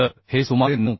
तर हे सुमारे 9